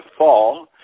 fall